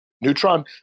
Neutron